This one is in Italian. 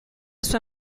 sua